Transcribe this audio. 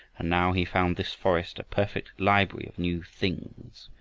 and now he found this forest a perfect library of new things.